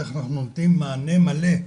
או במיוחד לעשות העדפה מתקנת לפריפריה כולה,